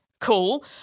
Cool